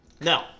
No